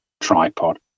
tripod